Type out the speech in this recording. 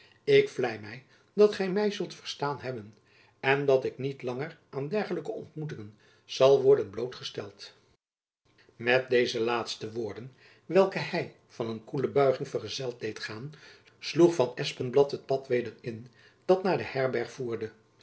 ik vlei my dat gy my zult verstaan hebben en dat ik niet langer aan dergelijke ontmoetingen zal worden bloot gesteld met deze laatste woorden welke hy van een koele buiging vergezeld deed gaan sloeg van espenblad het pad weder in dat naar de herberg voerde